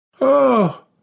Oh